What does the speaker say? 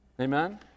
Amen